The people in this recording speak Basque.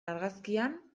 argazkian